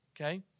okay